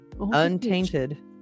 untainted